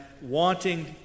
wanting